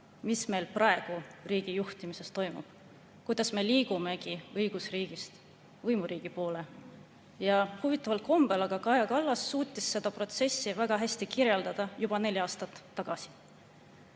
mis meil praegu riigijuhtimises toimub, kuidas me liigumegi õigusriigist võimuriigi poole. Huvitaval kombel Kaja Kallas suutis seda protsessi väga hästi kirjeldada juba neli aastat tagasi.